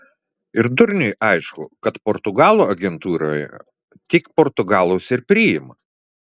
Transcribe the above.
ir durniui aišku kad portugalų agentūroje tik portugalus ir priima